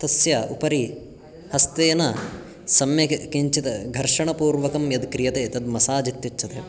तस्य उपरि हस्तेन सम्यक् किञ्चित् घर्षणपूर्वकं यद् क्रियते तद् मसाज् इत्युच्यते